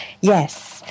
yes